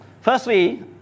Firstly